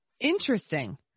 Interesting